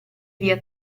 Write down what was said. via